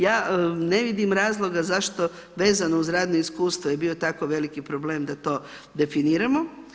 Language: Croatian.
Ja ne vidim razloga zašto vezano uz radno iskustvo je bio tako veliki problem da to definiramo.